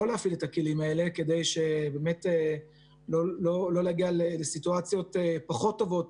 להפעיל את הכלים האלה כדי לא להגיע לסיטואציות פחות טובות